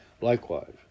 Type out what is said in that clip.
Likewise